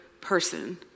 person